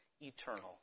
eternal